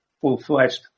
full-fledged